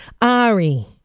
Ari